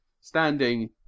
standing